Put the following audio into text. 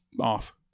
off